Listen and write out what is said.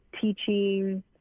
teaching